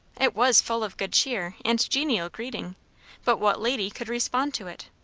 it was full of good cheer and genial greeting but what lady could respond to it?